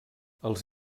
els